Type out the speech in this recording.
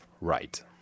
right